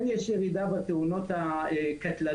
כן יש ירידה בתאונות הקטלניות,